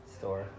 store